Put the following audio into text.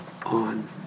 on